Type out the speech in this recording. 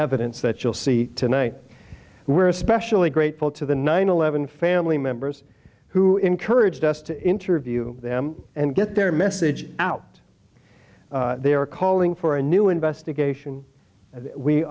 evidence that you'll see tonight and we're especially grateful to the nine eleven family members who encouraged us to interview them and get their message out they are calling for a new investigation